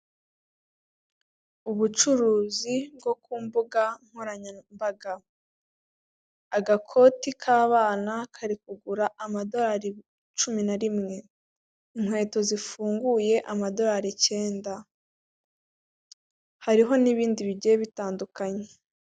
Ubucuruzi bwo kumbugankoranyambaga, agakoti k'abana kari kugura amadorari cumi na rimwe, inkweto zifunguye amadorari icyenda, hariho n'ibindi bigiye bitandukanye.